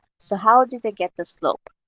so how did they get the slope?